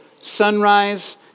sunrise